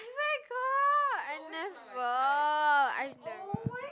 where got I never I never